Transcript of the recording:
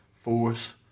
force